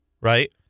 right